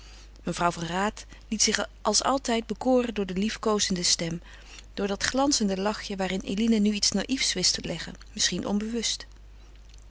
mevrouw van raat liet zich als altijd bekoren door die liefkoozende stem door dat glanzende lachje waarin eline nu iets naiëfs wist te leggen misschien onbewust